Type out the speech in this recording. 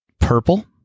Purple